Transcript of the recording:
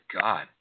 God